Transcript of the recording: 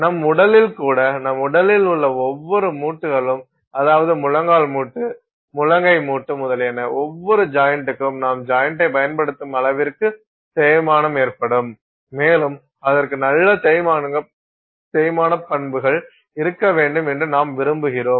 நம் உடலில் கூட நம் உடலில் உள்ள ஒவ்வொரு மூட்டுகளும் அதாவது முழங்கால் மூட்டு முழங்கை மூட்டு முதலியன ஒவ்வொரு ஜாயிண்ட்க்கும் நாம் ஜாயின்ட்ஐ பயன்படுத்தும் அளவிற்கு தேய்மானம் ஏற்படும் மேலும் அதற்கு நல்ல தேய்மான பண்புகள் இருக்க வேண்டும் என்று நாம் விரும்புகிறோம்